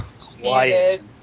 quiet